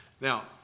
Now